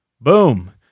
Boom